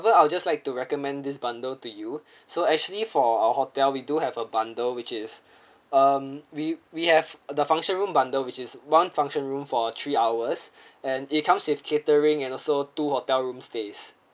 however I'll just like to recommend this bundle to you so actually for our hotel we do have a bundle which is um we we have the function room bundle which is one function room for three hours and it comes with catering and also two hotel room stays